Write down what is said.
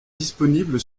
disponible